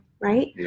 right